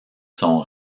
son